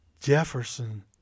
Jefferson